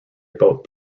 about